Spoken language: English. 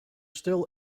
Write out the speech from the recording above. still